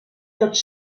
tots